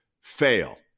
fail